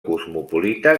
cosmopolita